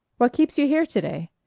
what keeps you here to-day?